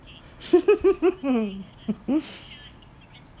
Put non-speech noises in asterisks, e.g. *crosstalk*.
*laughs*